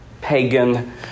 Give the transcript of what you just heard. pagan